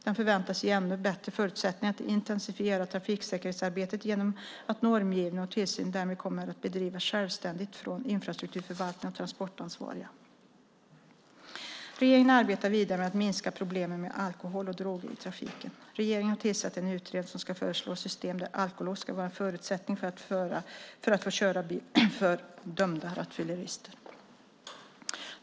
Den förväntas ge ännu bättre förutsättningar att intensifiera trafiksäkerhetsarbetet genom att normgivning och tillsyn därmed kommer att bedrivas självständigt från infrastrukturförvaltaren och transportansvariga. Regeringen arbetar vidare med att minska problemen med alkohol och droger i trafiken. Regeringen har tillsatt en utredning som ska föreslå ett system där alkolås ska vara en förutsättning för att få köra bil för dömda rattfyllerister.